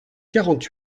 quarante